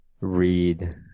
read